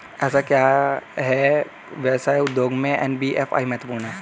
ऐसा क्यों है कि व्यवसाय उद्योग में एन.बी.एफ.आई महत्वपूर्ण है?